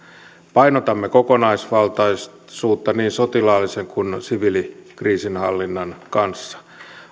painotamme kokonaisvaltaisuutta niin sotilaallisen kuin siviilikriisinhallinnan kanssa